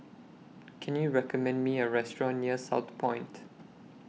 Can YOU recommend Me A Restaurant near Southpoint